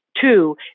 Two